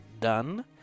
done